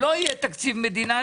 לא יהיה תקציב מדינה?